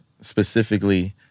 Specifically